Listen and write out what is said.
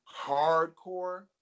hardcore